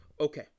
Okay